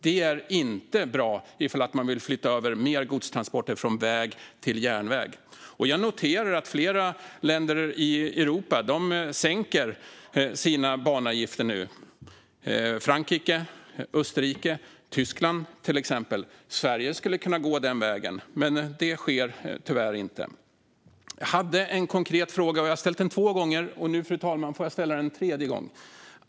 Detta är inte bra om man vill flytta över mer godstransporter från väg till järnväg. Jag noterar att flera länder i Europa sänker sina banavgifter nu: Frankrike, Österrike och Tyskland, till exempel. Sverige skulle kunna gå den vägen, men det sker tyvärr inte. Jag hade en konkret fråga; jag har ställt den två gånger. Nu, fru talman, får jag ställa den en tredje gång.